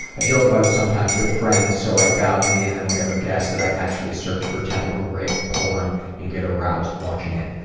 i joke about it sometimes with friends, so i doubt any of them would ever guess that i actually search for tentacle rape porn and get aroused watching it.